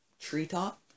treetop